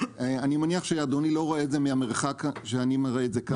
אני מניח שאדוני לא רואה את זה מהמרחק שאני מראה את זה ככה.